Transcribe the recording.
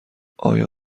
آیا